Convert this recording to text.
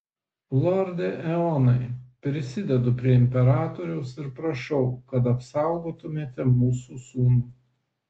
lorde eonai prisidedu prie imperatoriaus ir prašau kad apsaugotumėte mūsų sūnų